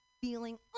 feeling